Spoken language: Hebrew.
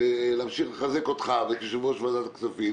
להמשיך לחזק אותך ואת יושב-ראש ועדת הכספים